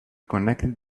connected